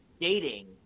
dating